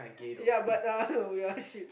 ya but uh wait ah shit